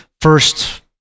first